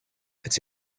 it’s